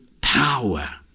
power